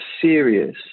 serious